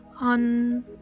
on